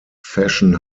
fashion